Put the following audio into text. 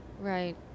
Right